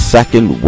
Second